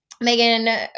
Megan